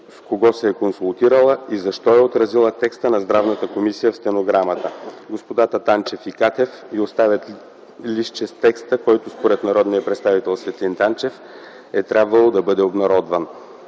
с кого се е консултирала и защо е отразила текста на Здравната комисия в стенограмата. Господата Танчев и Катев й оставят листче с текста, който според народния представител Светлин Танчев е трябвало да бъде обнародван.